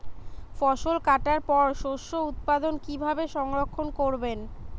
ফসল কাটার পর শস্য উৎপাদন কিভাবে সংরক্ষণ করবেন?